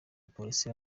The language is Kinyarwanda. abapolisi